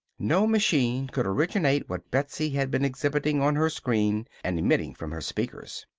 no machine could originate what betsy had been exhibiting on her screen and emitting from her speakers.